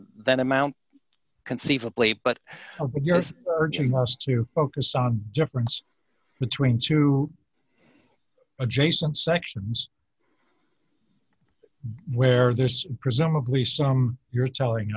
than amount conceivably but yours urging must you focus on difference between two adjacent sanctions where there's presumably some you're telling